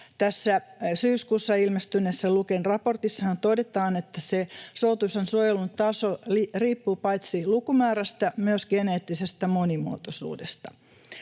Tässä syyskuussa ilmestyneessä Luken raportissahan todetaan, että se suotuisan suojelun taso riippuu paitsi lukumäärästä myös geneettisestä monimuotoisuudesta.